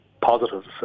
positives